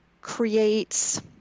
creates